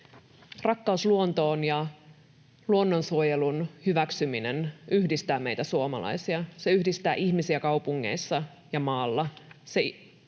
Rakkaus luontoon ja luonnonsuojelun hyväksyminen yhdistää meitä suomalaisia. Se yhdistää ihmisiä kaupungeissa ja maalla.